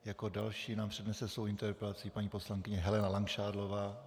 Jako další nám přednese svoji interpelaci paní poslankyně Helena Langšádlová.